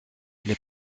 les